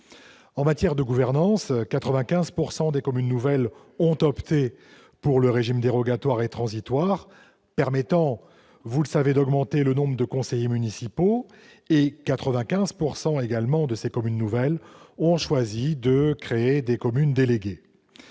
En matière de gouvernance, 95 % des communes nouvelles ont opté pour le régime dérogatoire et transitoire permettant d'augmenter le nombre de conseillers municipaux. Par ailleurs, 95 % de ces communes ont choisi de créer des communes déléguées.